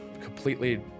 completely